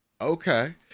okay